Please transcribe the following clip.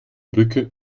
brücke